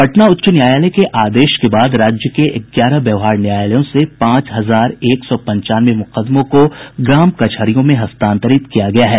पटना उच्च न्यायालय के आदेश के बाद राज्य के ग्यारह व्यवहार न्यायालयों से पांच हजार एक सौ पंचानवे मुकदमों को ग्राम कचहरियों में हस्तांतरित किया गया है